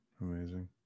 Amazing